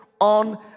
on